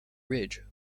ridge